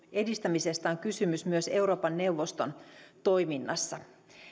edistämisestä on kysymys myös euroopan neuvoston toiminnassa